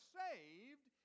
saved